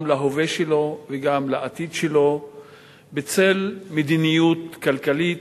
להווה שלו וגם לעתיד שלו בצל מדיניות כלכלית,